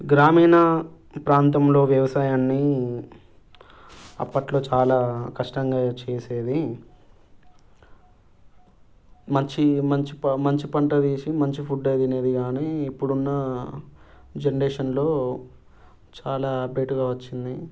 గ్రామీణ ప్రాంతంలో వ్యవసాయాన్ని అప్పట్లో చాలా కష్టంగా చేసేది మంచి మంచి మంచి పంట తీసి మంచి ఫుడ్ తినేది కానీ ఇప్పుడున్న జనరేషన్లో చాలా అప్డేట్గా వచ్చున్నాయి